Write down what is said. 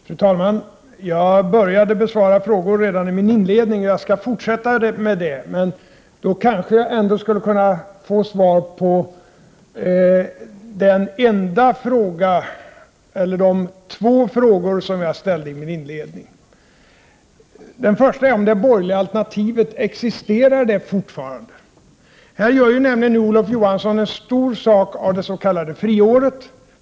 Fru talman! Jag började att besvara frågor redan i mitt inledningsanförande, och jag skall fortsätta med det. Men jag kanske kan få svar på de två frågor som jag ställde i mitt inledningsanförande. Den första är: Existerar det borgerliga alternativet fortfarande? — Här gör Olof Johansson en stor sak av det s.k. friåret.